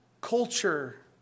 culture